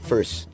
First